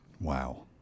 Wow